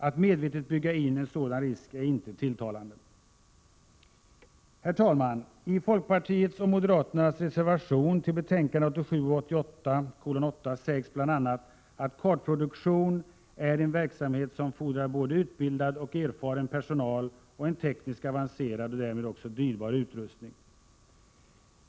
Att medvetet bygga in en sådan risk är inte tilltalande. Herr talman! I folkpartiets och moderaternas reservation till bostadsutskottets betänkande 1987/88:8 sägs bl.a. att kartproduktion är en verksamhet som fordrar både utbildad och erfaren personal och en tekniskt avancerad samt därmed också dyrbar utrustning.